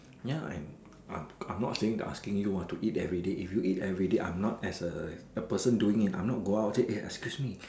ya I'm I'm not saying the asking you ah to eat everyday if you eat everyday I'm not as a the person doing it I'm not go out say eh excuse me